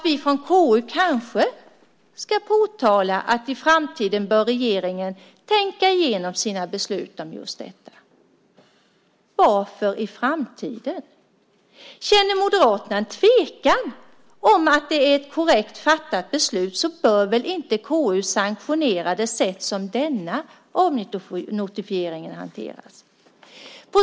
Vi från KU kanske ska påtala att i framtiden bör regeringen tänka igenom sina beslut om just detta. Varför i framtiden? Om Moderaterna känner en tvekan huruvida det är ett korrekt fattat beslut bör väl inte KU sanktionera det sätt som denna avnotifiering har hanterats på?